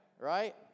Right